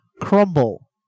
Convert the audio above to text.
Crumble